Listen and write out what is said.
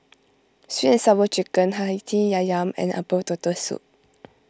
Sweet and Sour Chicken Hati and Herbal Turtle Soup